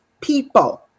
people